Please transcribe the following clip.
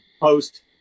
post